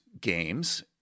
games